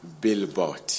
billboard